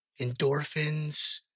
endorphins